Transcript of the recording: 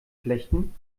flechten